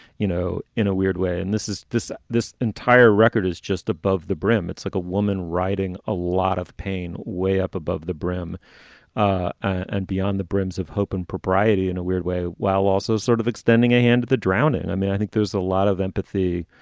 you know, in a weird way and this is this this entire record is just above the brim. it's like a woman writing a lot of pain, way up above the brim and beyond the brims of hope and propriety in a weird way, while also sort of extending a hand, the drowning. i mean, i think there's a lot of empathy